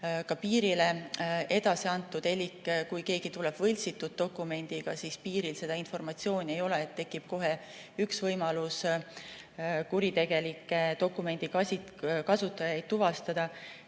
ka piirile edasi antud. Elik kui keegi tuleb võltsitud dokumendiga, siis piiril selle kohta informatsiooni ei ole ja nii tekib kohe üks võimalus kuritegelikke dokumendi kasutajaid tuvastada.